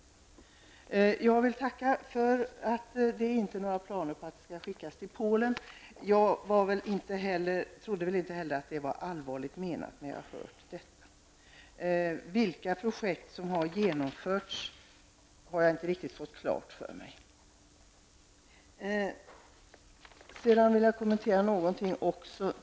Jag vill tacka för att det inte finns några planer på att sända medel från Dalälvsdelegationens anslag till Polen. När jag hörde detta trodde jag inte heller att det var allvarligt menat. Jag har dock inte riktigt fått klart för mig vilka projekt som har genomförts.